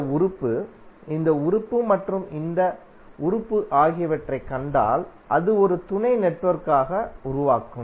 இந்த உறுப்பு இந்த உறுப்பு மற்றும் இந்த உறுப்பு ஆகியவற்றைக் கண்டால் அது ஒரு துணை நெட்வொர்க்கை உருவாக்கும்